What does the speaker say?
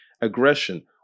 aggression